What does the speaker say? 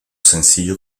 sencillo